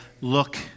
look